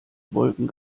wolken